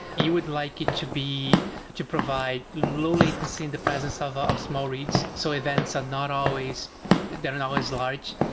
you would like it to be to provide low latency in the presence of ah of small reads. so events are not always they aren't always large.